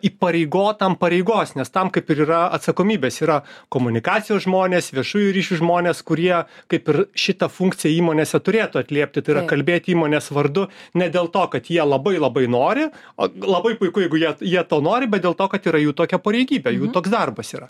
įpareigotam pareigos nes tam kaip ir yra atsakomybės yra komunikacijos žmonės viešųjų ryšių žmonės kurie kaip ir šitą funkciją įmonėse turėtų atliepti tai yra kalbėt įmonės vardu ne dėl to kad jie labai labai nori o labai puiku jeigu jie jie to nori bet dėl to kad yra jų tokia pareigybė jų toks darbas yra